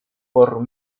por